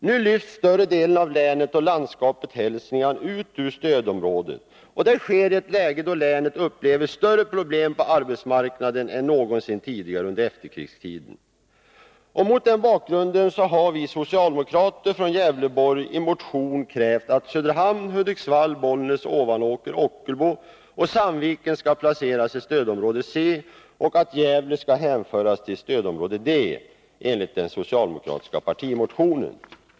Nu lyfts större delen av länet och landskapet Hälsingland ut ur stödområdet, och det sker i ett läge då länet upplever större problem på arbetsmarknaden än någonsin tidigare under efterkrigstiden. Mot den bakgrunden har vi socialdemokrater från Gävleborg i en motion krävt att Söderhamn, Hudiksvall, Bollnäs, Ovanåker, Ockelbo och Sandviken skall placeras i stödområde C och att Gävle skall hänföras till stödområde D enligt vad som också har föreslagits i den socialdemokratiska partimotionen.